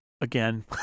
again